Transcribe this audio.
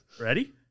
Ready